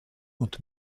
und